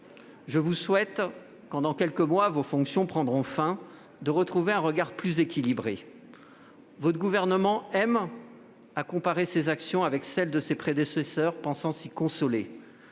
je vous souhaite, quand, dans quelques mois, vos fonctions prendront fin, de poser sur la situation un regard plus équilibré. Le Gouvernement aime à comparer ses actions avec celles de ses prédécesseurs, pensant trouver